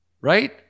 right